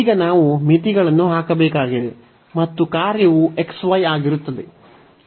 ಈಗ ನಾವು ಮಿತಿಗಳನ್ನು ಹಾಕಬೇಕಾಗಿದೆ ಮತ್ತು ಕಾರ್ಯವು xy ಆಗಿರುತ್ತದೆ